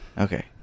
Okay